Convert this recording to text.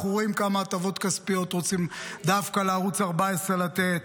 אנחנו רואים כמה הטבות כספיות רוצים דווקא לערוץ 14 לתת,